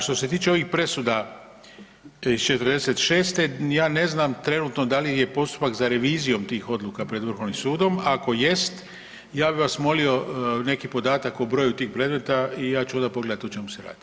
Što se tiče ovih presuda iz '46. ja ne znam trenutno da li je postupak za revizijom tih odluka pred Vrhovnim sudom, ako jest ja bi vas molio neki podatak o broju tih predmeta i ja ću onda pogledati o čemu se radi.